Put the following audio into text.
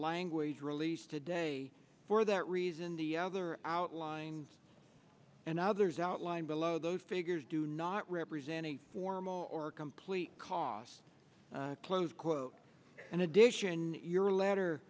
language released today for that reason the other outlines and others outlined below those figures do not represent a formal or complete cost close quote in addition your l